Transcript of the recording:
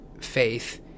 faith